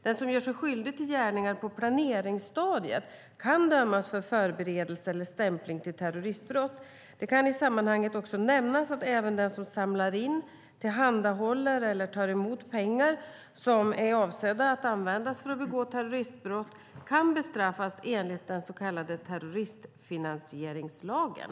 Den som gör sig skyldig till gärningar på planeringsstadiet kan dömas för förberedelse eller stämpling till terroristbrott. Det kan i sammanhanget också nämnas att även den som samlar in, tillhandahåller eller tar emot pengar som är avsedda att användas för att begå terroristbrott kan bestraffas enligt den så kallade terroristfinansieringslagen.